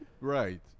Right